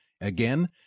Again